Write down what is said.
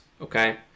Okay